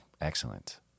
excellent